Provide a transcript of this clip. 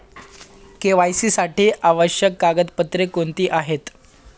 KYC साठी आवश्यक कागदपत्रे कोणती आहेत?